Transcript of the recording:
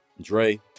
Dre